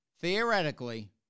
theoretically